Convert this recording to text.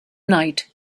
night